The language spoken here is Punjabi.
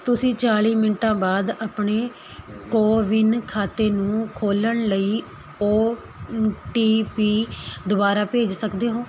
ਤੁਸੀਂ ਚਾਲੀ ਮਿੰਟਾਂ ਬਾਅਦ ਆਪਣੇ ਕੋਵਿਨ ਖਾਤੇ ਨੂੰ ਖੋਲ੍ਹਣ ਲਈ ਓ ਟੀ ਪੀ ਦੁਬਾਰਾ ਭੇਜ ਸਕਦੇ ਹੋ